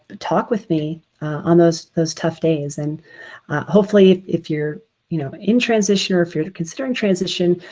talk with me on those those tough days. and hopefully if you're you know, in transition or if you're considering transition,